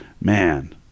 man